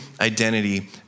identity